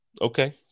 Okay